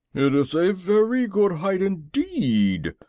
it is a very good height indeed!